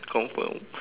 confirm